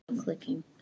Clicking